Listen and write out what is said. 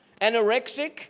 anorexic